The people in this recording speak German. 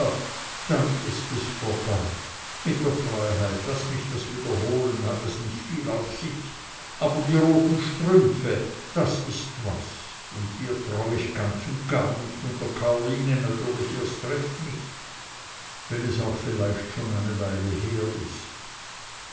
dann ist es vorbei mit der freiheit laß mich das wiederholen hat es nicht viel auf sich aber die roten strümpfe das ist was und dir trau ich ganz und gar nicht und der karline natürlich erst recht nicht wenn es auch vielleicht schon eine weile her ist